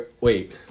Wait